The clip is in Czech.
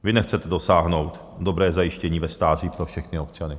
Vy nechce dosáhnout dobrého zajištění ve stáří pro všechny občany.